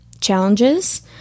challenges